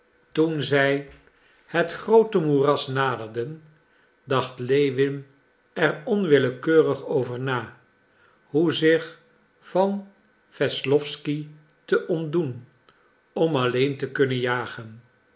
toen zij het groote moeras naderden dacht lewin er onwillekeurig over na hoe zich van wesslowsky te ontdoen om alleen te kunnen jagen